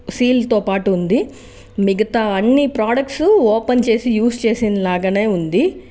సీల్తో పాటు ఉంది మిగతా అన్నీ ప్రొడక్ట్స్ ఓపెన్ చేసి యూస్ చేసిన లాగానే ఉంది